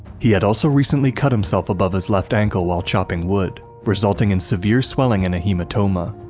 he had also recently cut himself above his left ankle while chopping wood, resulting in severe swelling and a hematoma.